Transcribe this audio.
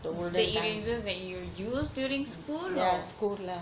the erasers that you use during school or